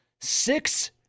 six